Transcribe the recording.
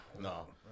No